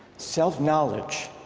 self-knowledge